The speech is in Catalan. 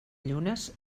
llunes